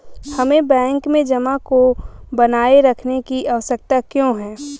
हमें बैंक में जमा को बनाए रखने की आवश्यकता क्यों है?